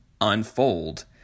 unfold